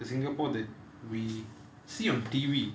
the singapore that we see on T_V